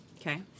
Okay